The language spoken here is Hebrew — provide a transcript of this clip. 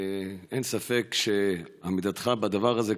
אין ספק שעמידתך על הדבר הזה,